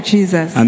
Jesus